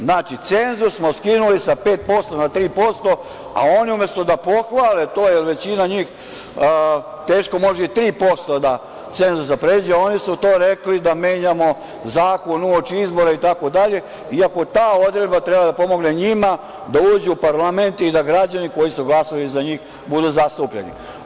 Znači, cenzus smo skinuli sa 5% na 3%, a oni umesto da pohvale to, jer većina njih teško može i 3% cenzusa da pređe, oni su za to rekli da menjamo zakon uoči izbora itd, iako ta odredba treba da pomogne njima da uđu u parlament i da građani koji su glasali za njih budu zastupljeni.